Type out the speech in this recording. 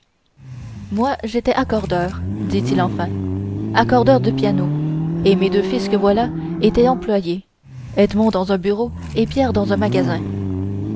moi j'étais accordeur dit-il enfin accordeur de pianos et mes deux fils que voilà étaient employés edmond dans un bureau et pierre dans un magasin